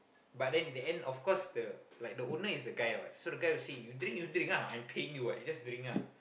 but then in the end of course the the like the owner is the guy what so the guy will say you drink you drink ah I'm paying you what you just drink ah